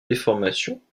déformations